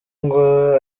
ngo